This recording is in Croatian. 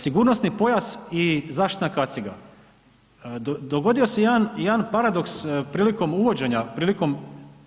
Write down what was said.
Sigurnosni pojas i zaštitna kaciga, dogodio se jedan paradoks prilikom uvođenja, prilikom